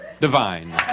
Divine